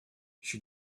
she